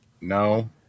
No